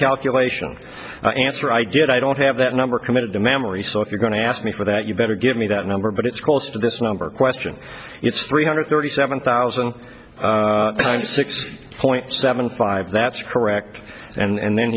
calculation answer i did i don't have that number committed to memory so if you're going to ask me for that you better give me that number but it's close to this number question it's three hundred thirty seven thousand six point seven five that's correct and